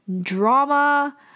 drama